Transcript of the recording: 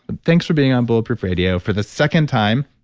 and thanks for being on bulletproof radio for the second time.